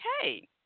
okay